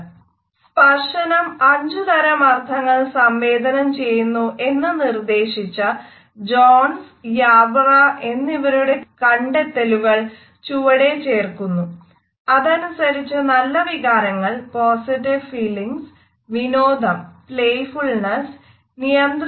സ്പർശനം അഞ്ചു തരം അർത്ഥങ്ങൾ സംവേദനം ചെയ്യുന്നു എന്ന് നിർദ്ദേശിച്ച ജോൺസ് എന്നിവയാണത്